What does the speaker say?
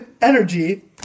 Energy